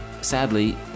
sadly